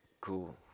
Cool